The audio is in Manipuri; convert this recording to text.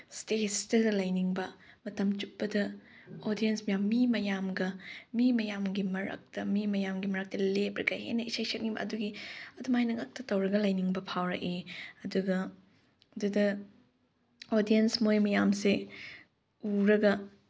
ꯏꯁꯇꯦꯖꯇꯒ ꯂꯩꯅꯤꯡꯕ ꯃꯇꯝ ꯆꯨꯞꯄꯗ ꯑꯣꯗꯤꯌꯟꯁ ꯃꯌꯥꯝ ꯃꯤ ꯃꯌꯥꯝꯒ ꯅꯃꯤ ꯃꯌꯥꯝꯒꯤ ꯃꯔꯛꯇ ꯃꯤ ꯃꯌꯥꯝꯒꯤ ꯃꯔꯛꯇ ꯂꯦꯞꯂꯒ ꯍꯦꯟꯅ ꯏꯁꯩ ꯁꯛꯅꯤꯡꯕ ꯑꯗꯨꯒꯤ ꯑꯗꯨꯃꯥꯏꯅ ꯉꯥꯛꯇ ꯇꯧꯔꯒ ꯂꯩꯅꯤꯡꯕ ꯐꯥꯎꯔꯛꯏ ꯑꯗꯨꯒ ꯑꯗꯨꯗ ꯑꯣꯗꯤꯌꯟꯁ ꯃꯣꯏ ꯃꯌꯥꯝꯁꯦ ꯎꯔꯒ